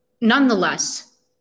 nonetheless